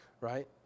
right